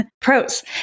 Pros